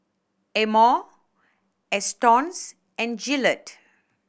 Amore Astons and Gillette